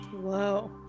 Whoa